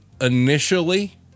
initially